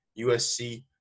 USC